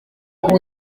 gutyo